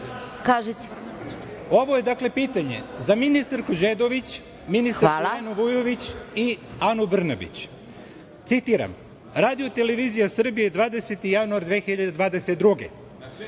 Jonić** Ovo je pitanje za ministarku Đedović, ministarku Irenu Vujović i Anu Brnabić. Citiram: „Radio televizija Srbije 20. januar 2022.